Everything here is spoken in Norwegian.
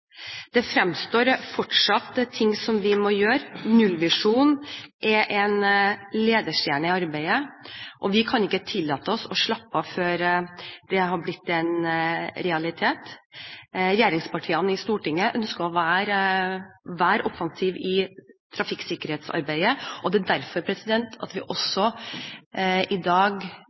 Det er fortsatt ting vi må gjøre. Nullvisjonen er en ledestjerne i arbeidet, og vi kan ikke tillate oss å slappe av før dette har blitt en realitet. Regjeringspartiene i Stortinget ønsker å være offensive i trafikksikkerhetsarbeidet. Det er derfor vi i dag ønsker en debatt i